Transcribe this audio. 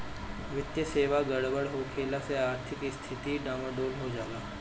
वित्तीय सेवा गड़बड़ होखला से आर्थिक स्थिती डमाडोल हो जाला